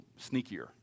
sneakier